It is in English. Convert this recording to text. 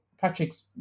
Patrick's